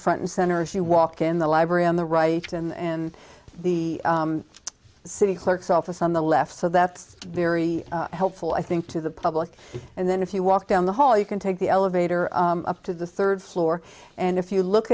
front and center if you walk in the library on the right in the city clerk's office on the left so that's very helpful i think to the public and then if you walk down the hall you can take the elevator up to the third floor and if you look